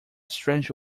strange